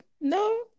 No